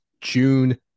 June